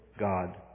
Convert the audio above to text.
God